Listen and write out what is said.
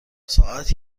ساعت